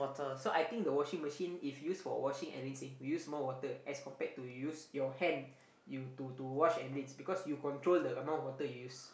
so I think the washing machine if use for washing and rinsing use more water as compared to use your hand you to to wash and rinse because you control the amount of water you use